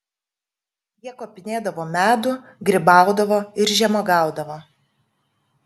jie kopinėdavo medų grybaudavo ir žemuogiaudavo